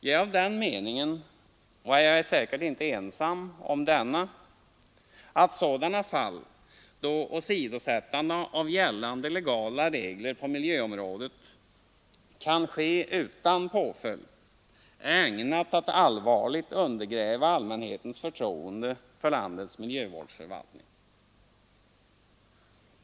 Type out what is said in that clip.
Jag är av den meningen, och jag är säkert inte ensam om denna, att sådana fall då åsidosättande av gällande legala regler på miljöområdet kan ske utan påföljd är ägnade att allvarligt undergräva allmänhetens förtroende för landets miljövårdsförvaltning.